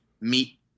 meet